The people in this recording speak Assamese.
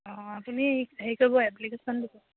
অঁ আপুনি হেৰি কৰিব এপ্লিকেশ্যন দিব